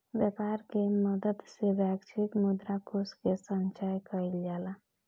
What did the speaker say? व्यापर के मदद से वैश्विक मुद्रा कोष के संचय कइल जाला